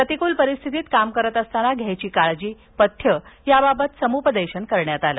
प्रतिकूल परीस्थितीत काम करीत असतांना घ्यावयाची काळजी पथ्ये या बाबत समुपदेशन करण्यात आलं